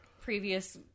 previous